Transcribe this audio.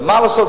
ומה לעשות,